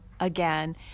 again